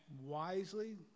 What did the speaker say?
wisely